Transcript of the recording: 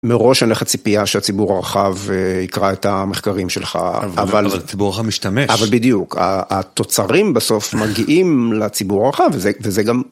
מראש אין לך ציפייה שהציבור הרחב יקרא את המחקרים שלך, אבל... אבל הציבור הרחב משתמש. אבל בדיוק, התוצרים בסוף מגיעים לציבור הרחב, וזה גם...